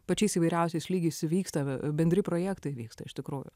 pačiais įvairiausiais lygiais įvyksta bendri projektai vyksta iš tikrųjų